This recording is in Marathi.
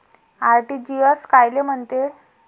आर.टी.जी.एस कायले म्हनते?